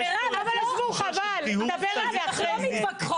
אבל עזבו, חבל, נדבר על זה אחר כך.